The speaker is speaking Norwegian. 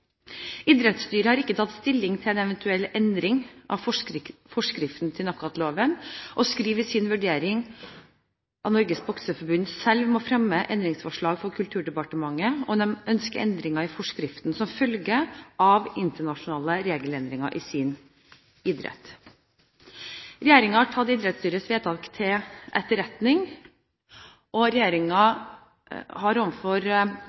Idrettsstyret har ikke tatt stilling til en eventuell endring av forskriften til knockoutloven og skriver i sin vurdering at Norges Bokseforbund selv må fremme endringsforslag for Kulturdepartementet, om de ønsker endringer i forskriften som følge av internasjonale regelendringer i sin idrett. Regjeringen har tatt idrettsstyrets vedtak til etterretning. Regjeringen har